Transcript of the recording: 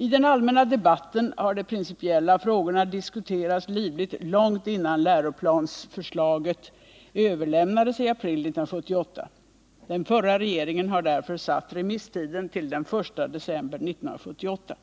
I den allmänna debatten har de principiella frågorna diskuterats livligt långt innan läroplansförslaget överlämnades i april 1978. Den förra regeringen har därför satt remisstiden till den 1 december 1978.